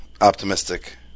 Optimistic